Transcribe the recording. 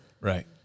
Right